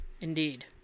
Indeed